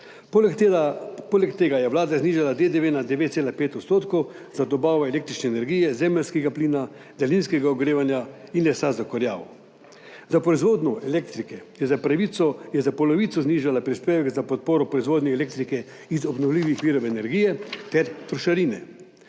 Poleg tega je vlada znižala DDV na 9,5 % za dobavo električne energije, zemeljskega plina, daljinskega ogrevanja in lesa za kurjavo. Za proizvodnjo elektrike je za polovico znižala prispevek za podporo proizvodnje elektrike iz obnovljivih virov energije ter trošarine.